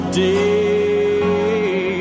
day